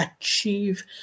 achieve